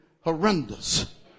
horrendous